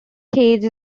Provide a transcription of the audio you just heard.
cage